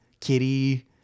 kitty